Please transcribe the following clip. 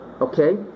Okay